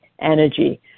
energy